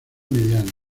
mediano